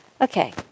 Okay